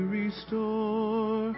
restore